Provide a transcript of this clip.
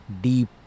deep